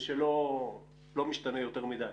התנהלות שלא משתנה יותר מדי.